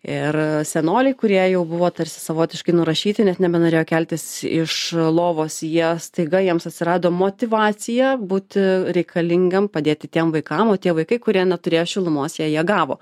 ir senoliai kurie jau buvo tarsi savotiškai nurašyti nes nebenorėjo keltis iš lovos jie staiga jiems atsirado motyvacija būti reikalingam padėti tiem vaikam o tie vaikai kurie neturėjo šilumos jie ją gavo